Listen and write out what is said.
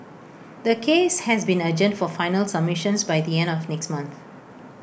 the case has been adjourned for final submissions by the end of next month